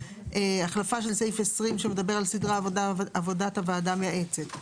על החלפה של סעיף 20 שמדבר על סדרי עבודת הוועדה המייעצת,